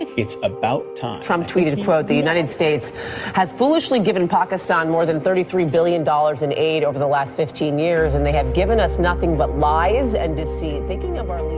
it's about time trump tweeted, quote, the united states has foolishly given pakistan more than thirty three billion dollars in aid over the last fifteen years, and they have given us nothing but lies and deceit. thinking of our